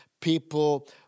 people